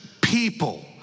people